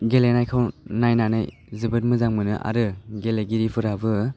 गेलेनायखौ नायनानै जोबोद मोजां मोनो आरो गेलेगिरिफोराबो